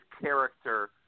character